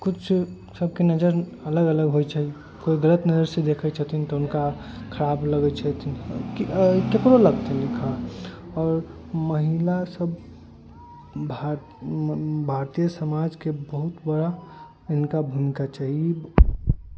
किछु सभके नजर अलग अलग होइ छै कोइ गलत नजरसँ देखै छथिन तऽ हुनका खराब लगै छथिन ककरो लगथिन ई खराब आओर महिला सभ भा भारतीय समाजके बहुत बड़ा हिनका भूमिका छै ई